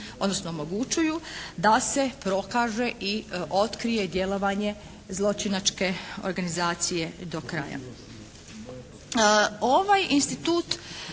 odnosno omogućuju da se prokaže i otkrije djelovanje zločinačke organizacije do kraja.